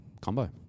combo